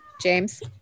James